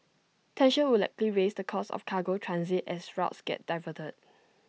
tensions would likely raise the cost of cargo transit as routes get diverted